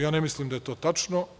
Ja ne mislim da je to tačno.